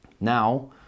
Now